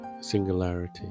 singularity